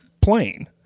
plane